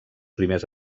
primers